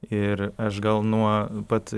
ir aš gal nuo pat